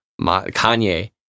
Kanye